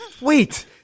Wait